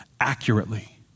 accurately